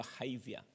behavior